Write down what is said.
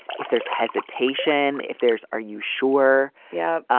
if there's hesitation. if there's. are you sure? yeah.